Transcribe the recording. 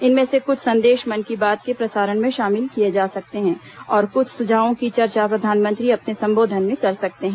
इनमें से कुछ संदेश मन की बात के प्रसारण में शामिल किए जा सकते हैं और कुछ सुझावों की चर्चा प्रधानमंत्री अपने संबोधन में कर सकते हैं